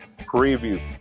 preview